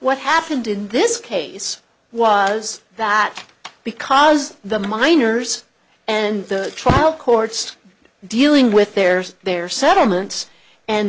what happened in this case was that because the miners and the trial court's dealing with theirs their settlements and the